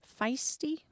feisty